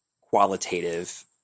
qualitative